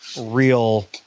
real